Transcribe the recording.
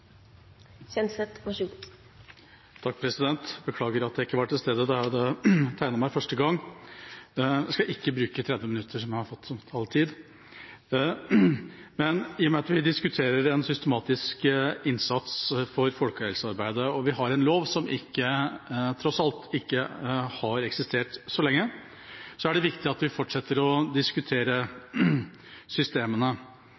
beklager at jeg ikke var til stede da jeg hadde tegnet meg første gang. Jeg skal ikke bruke 30 minutter, som jeg har fått som taletid. I og med at vi diskuterer den systematiske innsats for folkehelsearbeidet og vi har en lov som tross alt ikke har eksistert så lenge, er det viktig at vi fortsetter å